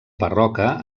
barroca